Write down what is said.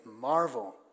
marvel